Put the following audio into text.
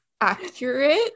Accurate